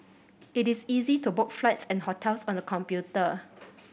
it is easy to book flights and hotels on the computer